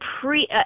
pre